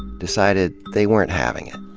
decided they weren't having it.